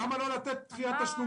למה לא לתת דחיית תשלומים.